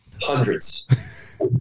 Hundreds